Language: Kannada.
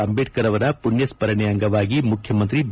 ಅಂದೇಡ್ತರ್ ಅವರ ಪುಣ್ಯಸ್ತರಣೆ ಅಂಗವಾಗಿ ಮುಖ್ಯಮಂತ್ರಿ ಬಿ